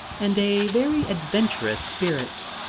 and a very adventurous spirit.